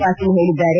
ಪಾಟೀಲ್ ಹೇಳಿದ್ದಾರೆ